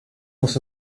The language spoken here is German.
musst